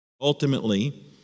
Ultimately